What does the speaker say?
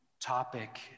topic